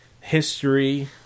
history